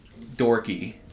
dorky